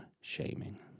shaming